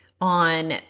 on